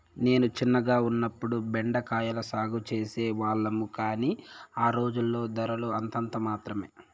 నేను చిన్నగా ఉన్నప్పుడు బెండ కాయల సాగు చేసే వాళ్లము, కానీ ఆ రోజుల్లో ధరలు అంతంత మాత్రమె